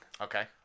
Okay